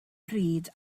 pryd